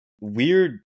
weird